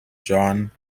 john